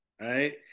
right